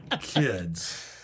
kids